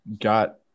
got